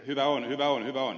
hyvä on hyvä on hyvä on